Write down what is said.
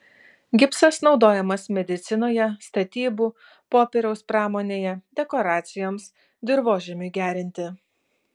gipsas naudojamas medicinoje statybų popieriaus pramonėje dekoracijoms dirvožemiui gerinti